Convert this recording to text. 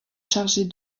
chargée